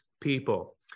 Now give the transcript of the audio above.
people